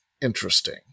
interesting